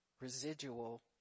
residual